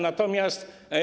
Natomiast.